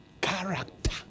character